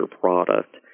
product